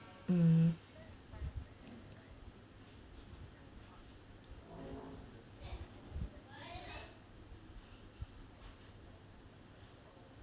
mm